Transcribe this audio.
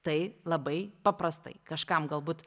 tai labai paprastai kažkam galbūt